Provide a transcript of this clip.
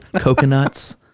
coconuts